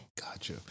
Gotcha